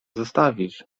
zostawisz